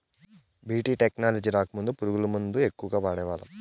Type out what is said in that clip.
BT technology రాకముందు పురుగు మందుల ఎక్కువగా వాడేవాళ్ళం